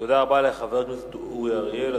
תודה רבה לחבר הכנסת אורי אריאל.